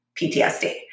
PTSD